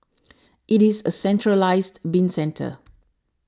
it is a centralised bin centre